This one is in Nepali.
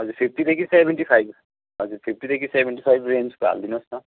हजुर फिफ्टीदेखि सेभेन्टी फाइभ हजुर फिफ्टिदेखि सेभेन्टी फाइभ रेन्जको हालिदिनुहोस् न